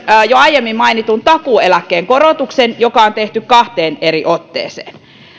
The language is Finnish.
jo aiemmin mainitun takuueläkkeen korotuksen joka on tehty kahteen eri otteeseen